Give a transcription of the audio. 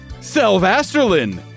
Selvasterlin